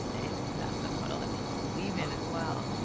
if thats a model that people believe in as well.